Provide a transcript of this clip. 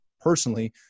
personally